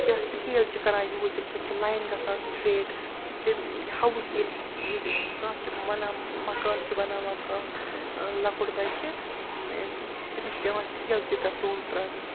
یا سِکیل چھِ کَران یوٗز تَمہِ سۭتۍ چھِ لایِن گَژھان سِٹرٛیٹ تِم ہَوُس ییٚلہِ ییٚلہِ کانٛہہ چھِ مَنان مَکان چھِ بَناوان کانٛہہ لۄکُٹ بَچہِ تٔمِس چھِ پٮ۪وان سِکیل سۭتۍ تَتھ روٗل ترٛاونہِ